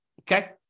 Okay